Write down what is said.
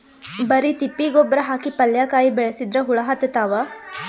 ಬರಿ ತಿಪ್ಪಿ ಗೊಬ್ಬರ ಹಾಕಿ ಪಲ್ಯಾಕಾಯಿ ಬೆಳಸಿದ್ರ ಹುಳ ಹತ್ತತಾವ?